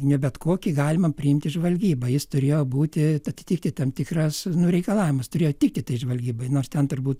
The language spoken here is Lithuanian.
ne bet kokį galima priimti į žvalgybą jis turėjo būti atitikti tam tikras nu reikalavimus turėjo tikti tai žvalgybai nors ten turbūt